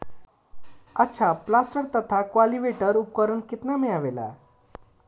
अच्छा प्लांटर तथा क्लटीवेटर उपकरण केतना में आवेला?